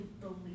believe